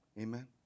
Amen